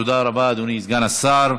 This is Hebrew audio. תודה רבה, אדוני סגן השר.